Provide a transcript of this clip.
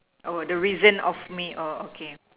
oh the reason of me oh okay